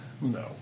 No